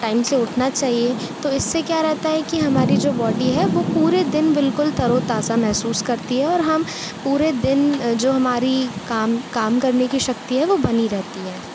time से उठना चाहिए तो इस से क्या रहता है कि हमारी जो बॉडी है वो पूरे दिन बिल्कुल तरो ताज़ा महसूस करती है और हम पूरे दिन जो हमारी काम काम करने की शक्ति है वो बनी रहती है